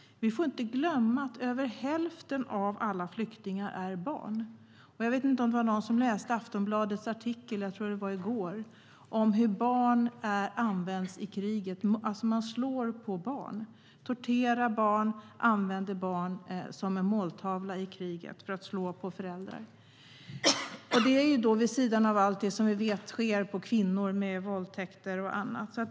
Vi får inte glömma att över hälften av alla flyktingar är barn. Jag vet inte om det var någon som läste Aftonbladets artikel i går - tror jag att det var - om hur barn används i kriget. Man slår på barn. Man torterar barn och använder dem som måltavla i kriget för att slå på föräldrar. Det görs vid sidan av allt det som vi vet sker med kvinnor - våldtäkter och annat.